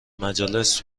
مجالس